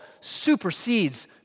supersedes